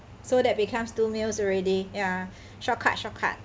so that becomes two meals already ya shortcut shortcut